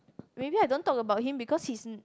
maybe I don't talk about him because he's